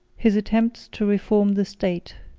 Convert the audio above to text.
his attempts to reform the state